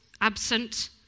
absent